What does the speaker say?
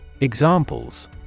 Examples